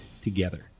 together